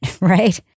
right